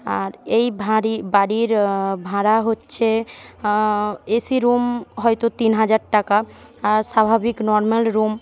আর এই ভাড়ি বাড়ির ভাড়া হচ্ছে এসি রুম হয়তো তিন হাজার টাকা আর স্বাভাবিক নর্মাল রুম